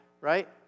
Right